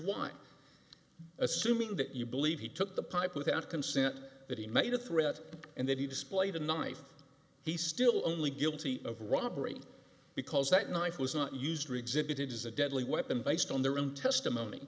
why assuming that you believe he took the pipe without consent that he made a threat and that he displayed a knife he's still only guilty of robbery because that knife was not used or exhibited as a deadly weapon based on their own testimony